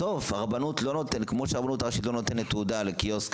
בסוף כמו שהרבנות הראשית לא נותנת תעודה לקיוסק